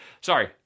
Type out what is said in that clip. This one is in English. Sorry